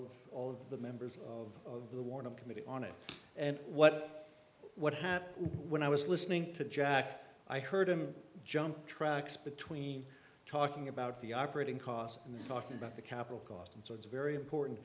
of all of the members of the warning committee on it and what what happened when i was listening to jack i heard him jump tracks between talking about the operating cost and the talking about the capital cost and so it's very important